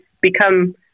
become